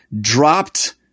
dropped